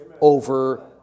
over